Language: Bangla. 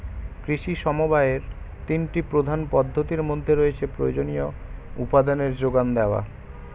কৃষি সমবায়ের তিনটি প্রধান পদ্ধতির মধ্যে রয়েছে প্রয়োজনীয় উপাদানের জোগান দেওয়া